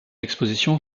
exposition